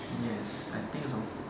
yes I think so